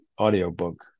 audiobook